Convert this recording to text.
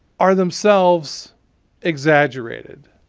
are themselves exaggerated.